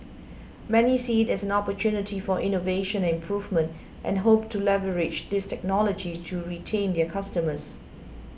many see it as an opportunity for innovation and improvement and hope to leverage this technology to retain their customers